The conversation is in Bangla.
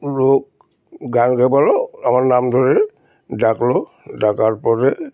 লোক গান গাওয়ালো আমার নাম ধরে ডাকলো ডাকার পরে